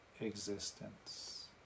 existence